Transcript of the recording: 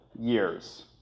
years